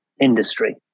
industry